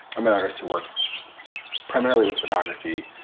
i'm an artist who works primarily with photography,